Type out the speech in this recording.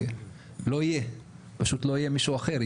ולא יהיה מישהו אחר.